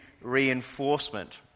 reinforcement